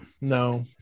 no